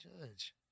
judge